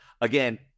again